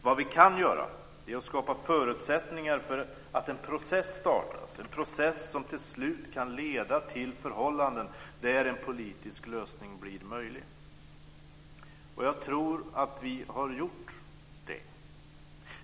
Vad vi kan göra är att skapa förutsättningar för att en process startas, en process som till slut kan leda till förhållanden där en politisk lösning blir möjlig. Och jag tror att vi har gjort det.